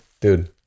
dude